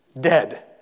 Dead